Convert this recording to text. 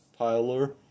piler